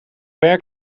werk